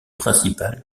principale